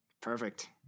Perfect